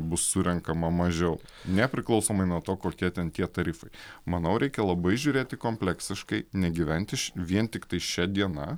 bus surenkama mažiau nepriklausomai nuo to kokie ten tie tarifai manau reikia labai žiūrėti kompleksiškai negyvent iš vien tiktai šia diena